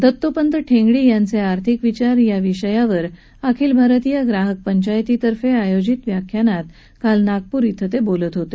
दत्तोपंत ठेंगडी यांचे आर्थिक विचार या विषयावर अखिल भारतीय ग्राहक पंचायतीतर्फे आयोजित व्याख्यानात ते बोलत होते